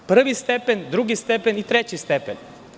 Dakle, prvi stepen, drugi stepen i treći stepen.